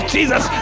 Jesus